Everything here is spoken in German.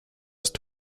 ist